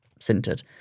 sintered